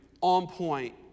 on-point